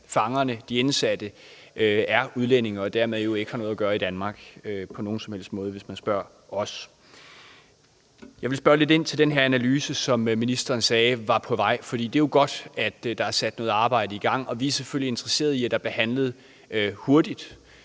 af fangerne, de indsatte, er udlændinge og dermed jo ikke har noget at gøre i Danmark på nogen som helst måde, hvis man spørger os. Jeg vil spørge lidt ind til den her analyse, som ministeren sagde var på vej, for det er jo godt, at der er sat noget arbejde i gang, og vi er selvfølgelig interesseret i, at der bliver handlet hurtigt.